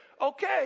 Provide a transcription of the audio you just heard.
Okay